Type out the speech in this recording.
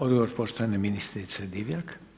Odgovor poštovane ministrice Divjak.